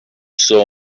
saw